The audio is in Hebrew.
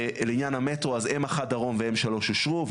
לעניין המטרו אז M1 דרום ו-M3 אושרו,